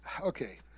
okay